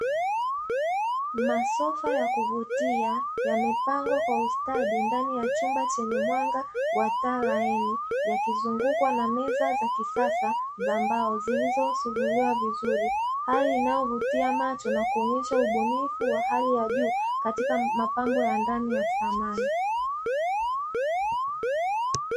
Masofa ya kuvutia, yamepangwa kwa ustadi ndani ya chumba chenye mwanga wa taa laini. Yakizungukwa na meza za kisasa za mbao, zilizosuguliwa vizuri. Hali inayovutia macho na kuonesha ubunifu wa hali ya juu katika mapambo ya ndani ya thamani.